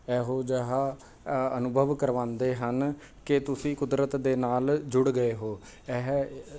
ਇਹੋ ਜਿਹਾ ਅਨੁਭਵ ਕਰਵਾਉਂਦੇ ਹਨ ਕਿ ਤੁਸੀਂ ਕੁਦਰਤ ਦੇ ਨਾਲ ਜੁੜ ਗਏ ਹੋ ਇਹ